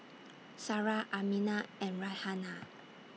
Sarah Aminah and Raihana